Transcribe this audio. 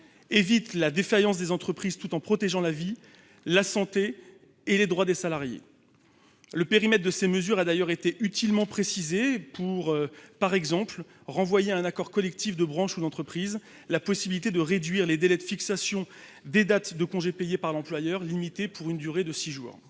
éviter la défaillance des entreprises, tout en protégeant la vie, la santé et les droits des salariés. Le périmètre de ces mesures a été utilement précisé, par exemple en renvoyant à un accord collectif de branche ou d'entreprise la possibilité de réduire les délais de fixation des dates de congés payés par l'employeur, dans la limite de six jours.